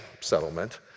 settlement